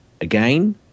Again